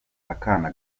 akana